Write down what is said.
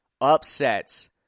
upsets